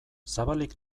zabalik